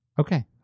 Okay